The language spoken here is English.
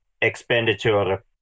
expenditure